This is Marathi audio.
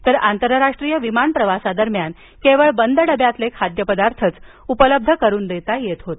तर आतरराष्ट्रीय विमान प्रवासादरम्यान केवळ बंद डब्यातील खाद्यपदार्थ उपलब्ध करून दिले जात होते